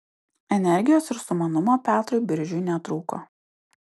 energijos ir sumanumo petrui biržiui netrūko